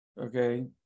okay